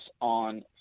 on